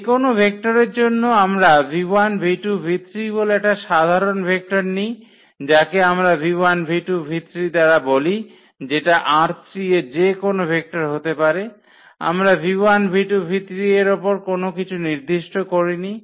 যেকোনো ভেক্টরের জন্য আমরা বলে একটা সাধারন ভেক্টর নিই যাকে আমরা দ্বারা বলি যেটা ℝ3 এর যেকোনো ভেক্টর হতে পারে আমরা এর ওপর কোন কিছু নির্দিষ্ট করিনি